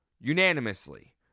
Unanimously